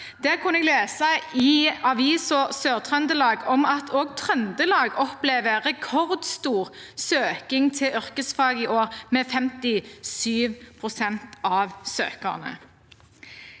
Der kunne jeg lese i Avisa Sør-Trøndelag at også Trøndelag opplever en rekordstor søkning til yrkesfag i år, med 57 pst. av søkerne.